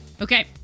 Okay